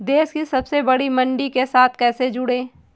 देश की सबसे बड़ी मंडी के साथ कैसे जुड़ें?